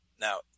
Now